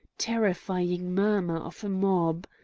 terrifying murmur of a mob.